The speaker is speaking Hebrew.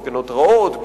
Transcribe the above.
הפגנות רעות,